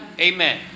amen